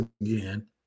again